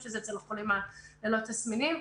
שזה אצל חולים ללא תסמינים.